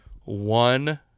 one